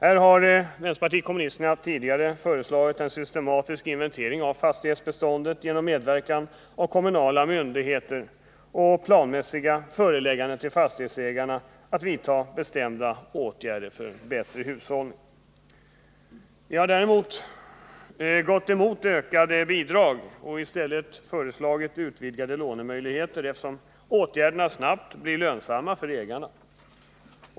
Vpk har här tidigare föreslagit en systematisk inventering av fastighetsbeståndet genom medverkan av kommunala myndigheter samt planmässiga förelägganden till fastighetsägarna att vidta bestämda åtgärder för bättre hushållning. Vi har däremot gått emot ökade bidrag och i stället föreslagit utvidgade lånemöjligheter, eftersom åtgärderna snabbt blir lönsamma för ägarna.